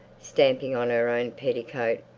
stamping on her own petticoat.